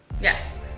yes